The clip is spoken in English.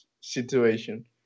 situation